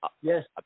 yes